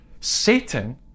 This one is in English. Satan